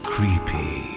Creepy